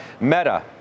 Meta